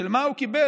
של מה הוא קיבל,